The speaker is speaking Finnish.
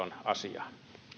asiaan